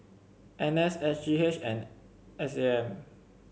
N S S G H and S A M